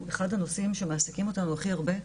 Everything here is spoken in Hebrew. אחד הנושאים שמעסיקים אותנו הכי הרבה.